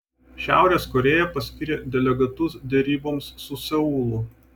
šiaurės korėja paskyrė delegatus deryboms su seulu